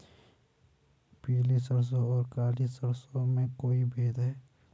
पीली सरसों और काली सरसों में कोई भेद है?